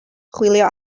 chwilio